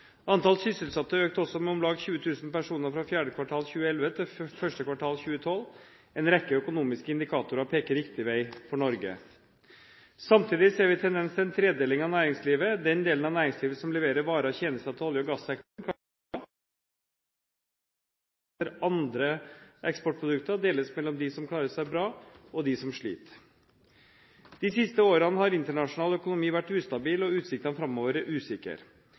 Antall sysselsatte økte også med om lag 20 000 personer fra fjerde kvartal 2011 til første kvartal 2012. En rekke økonomiske indikatorer peker riktig vei for Norge. Samtidig ser vi tendens til en tredeling av næringslivet. Den delen av næringslivet som leverer varer og tjenester til olje- og gass-sektoren, klarer seg bra, mens næringer som er avhengig av etterspørsel etter andre eksportprodukter, deles mellom dem som klarer seg bra, og dem som sliter. De siste årene har internasjonal økonomi vært ustabil, og utsiktene framover er